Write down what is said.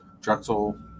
Drexel